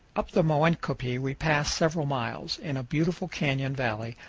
up the moenkopi we pass several miles, in a beautiful canyon valley,